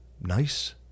nice